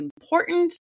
important